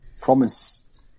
promise